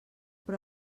però